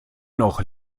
noch